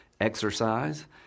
exercise